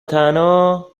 تنها